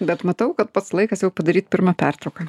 bet matau kad pats laikas jau padaryt pirmą pertrauką